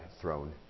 throne